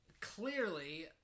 clearly